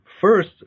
First